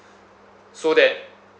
so that